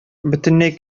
бөтенләй